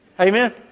Amen